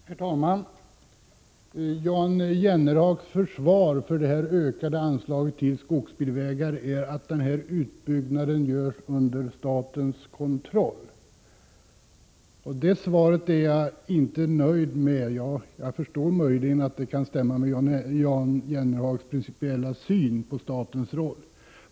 Herr talman! Jan Jennehags försvar för det ökade anslaget till skogsbilvägar är att utbyggnaden görs under statens kontroll. Det svaret är jag inte nöjd med. Jag förstår möjligen att det kan stämma med Jan Jennehags principiella syn på statens roll.